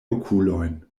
okulojn